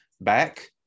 back